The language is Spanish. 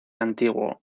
antiguo